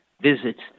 visits